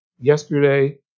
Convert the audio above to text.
yesterday